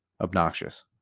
Obnoxious